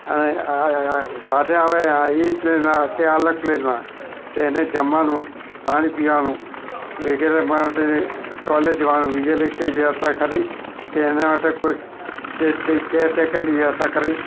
અને સાથે આવે એ જ પ્લેનમાં કે અલગ પ્લેનમાં એને જમવાનું પાણી પીવાનું વગેરે માટે ટોયલેટ જવાનું વગેરે કઈ વ્યવસ્થા ખરી કે એના માટે કોઈક કેરટે કેરટેકરની વ્યવસ્થા ખરી